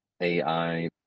AI